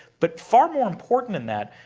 but far more important than that,